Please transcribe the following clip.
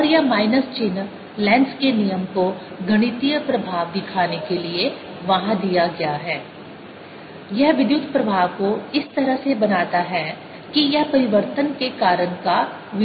और यह माइनस चिह्न लेन्ज़ के नियम Lenzs law को गणितीय प्रभाव दिखाने के लिए वहां दिया गया है यह विद्युत प्रवाह को इस तरह से बनाता है कि यह परिवर्तन के कारण का विरोध करता है